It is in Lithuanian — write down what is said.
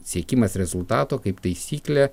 siekimas rezultato kaip taisyklė